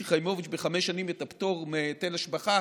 חיימוביץ' בחמש שנים לפטור מהיטל השבחה